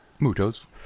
Muto's